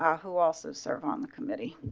ah who also serve on the committee.